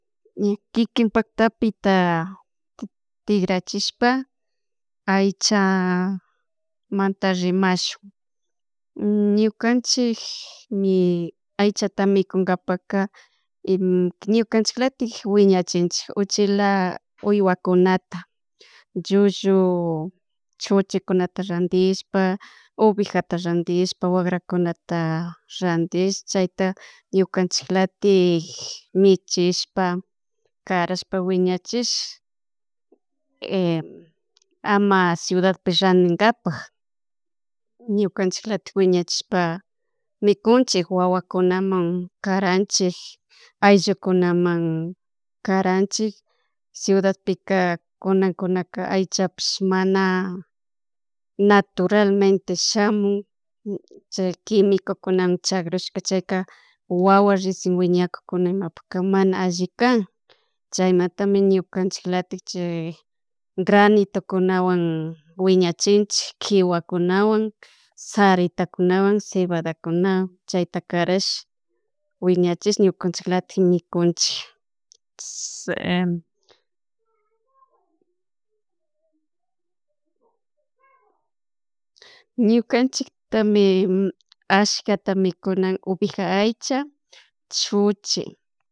Kikinpak tapita tikrachishpa aichamanta rimashun ñukanchikmi aichatamikunkapaka ñukanchiklatik wiñachinchik uchila wiwakunata, llullu chuchikunata randishpa, ovejata randishpa, wakrakunata ranti chayta ñukanchik latik michishpa karashpa wiñachish ama ciudadpi rantinkapak ñukanchiklatik wiñachishpa mikunchik wawakunaman karanchik ayllukunaman karanchik ciudadpika kunankunaka aychapish mana naturalmente shamun chay quimicokunan chakrushka chayka wawa recien wiñakukunan imapukan mana alli kan chaymantami ñukanchik latik granitokunawan wiñachinchik kiwakunawan, saritakunawan, cebadakuna, chayta karash wiñachishni ñukunchik latik mikunchik ñukanchiktami ashkata mikunan obeja aycha chuchi.